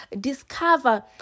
discover